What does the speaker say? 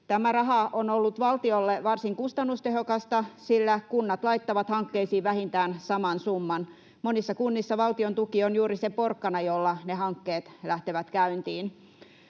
Tämä raha on ollut valtiolle varsin kustannustehokasta, sillä kunnat laittavat hankkeisiin vähintään saman summan. Monissa kunnissa valtiontuki on juuri se porkkana, jolla ne hankkeet lähtevät käyntiin.